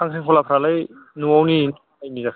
खांख्रिखलाफ्रालाय न'आवनि ना बायनाय जाखो